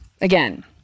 again